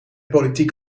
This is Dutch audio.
politiek